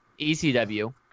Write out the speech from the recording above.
ECW